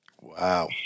Wow